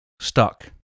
stuck